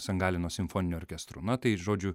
san galino simfoniniu orkestru na tai žodžiu